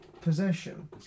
Possession